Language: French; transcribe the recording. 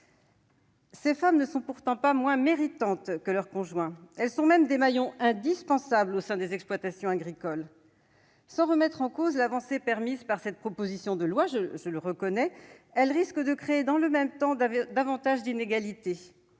Ces femmes ne sont pourtant pas moins méritantes que leurs conjoints. Elles sont même des maillons indispensables au sein des exploitations agricoles. Eh oui ! Sans remettre en cause l'avancée permise par cette proposition de loi, celle-ci risque de créer, dans le même temps, davantage d'inégalités.